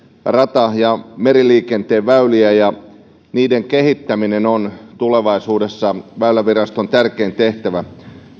rata ja meriliikenteen väyliä ja niiden kehittäminen on tulevaisuudessa väyläviraston tärkein tehtävä